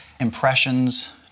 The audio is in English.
impressions